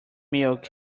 milk